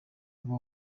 aba